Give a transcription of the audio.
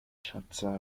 shasta